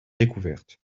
découverte